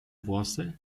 włosy